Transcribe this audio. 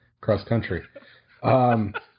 cross-country